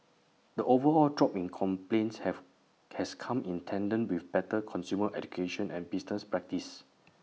the overall drop in complaints have has come in tandem with better consumer education and business practices